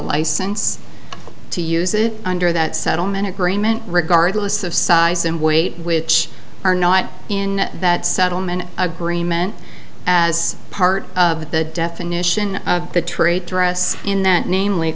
license to use it under that settlement agreement regardless of size and weight which are not in that settlement agreement as part of the definition of the trade dress in that namely